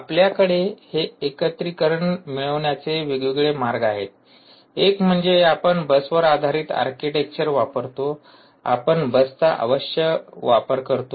आपल्याकडे हे एकत्रीकरण मिळवण्याचे वेगवेगळे मार्ग आहेत एक म्हणजे आपण बसवर आधारित आर्किटेक्चर वापरतो आपण बसचा अवश्य वापर करतो